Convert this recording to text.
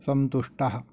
सन्तुष्टः